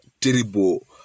terrible